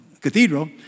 cathedral